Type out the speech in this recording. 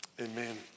Amen